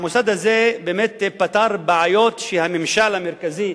המוסד הזה באמת פתר בעיות שהממשל המרכזי,